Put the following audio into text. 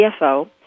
CFO